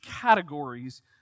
categories